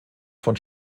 von